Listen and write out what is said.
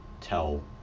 tell